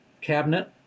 cabinet